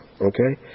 Okay